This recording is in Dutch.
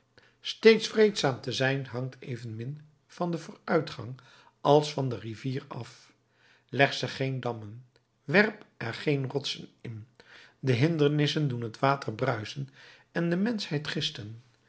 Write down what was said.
steeds vreedzaam te zijn hangt evenmin van den vooruitgang als van de rivier af leg ze geen dammen werp er geen rotsen in de hindernissen doen het water bruisen en de menschheid gisten